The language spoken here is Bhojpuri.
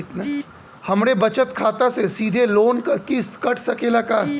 हमरे बचत खाते से सीधे लोन क किस्त कट सकेला का?